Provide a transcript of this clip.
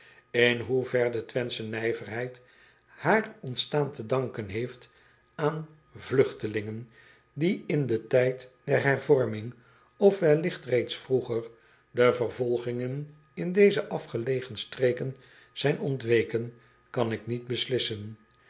n hoever de wenthsche nijverheid haar ontstaan te danken heeft aan vlugtelingen die in den tijd der hervorming of welligt reeds vroeger de vervolgingen in deze afgelegen streken zijn ontweken kan ik niet beslissen